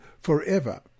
forever